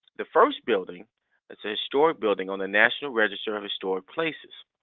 the first building is a historic building on the national register of historic places.